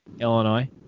Illinois